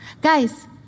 Guys